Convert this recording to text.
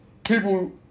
people